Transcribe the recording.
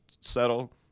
settle